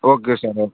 okay sir